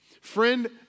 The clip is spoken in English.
Friend